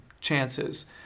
chances